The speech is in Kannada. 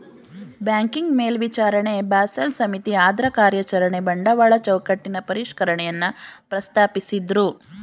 ಬ್ಯಾಂಕಿಂಗ್ ಮೇಲ್ವಿಚಾರಣೆ ಬಾಸೆಲ್ ಸಮಿತಿ ಅದ್ರಕಾರ್ಯಚರಣೆ ಬಂಡವಾಳ ಚೌಕಟ್ಟಿನ ಪರಿಷ್ಕರಣೆಯನ್ನ ಪ್ರಸ್ತಾಪಿಸಿದ್ದ್ರು